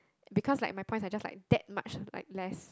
because like my points are just like that much like less